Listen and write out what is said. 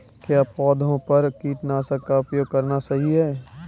क्या पौधों पर कीटनाशक का उपयोग करना सही है?